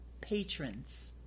patrons